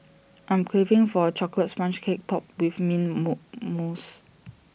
I'm craving for A Chocolate Sponge Cake Topped with mint more mousse